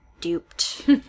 duped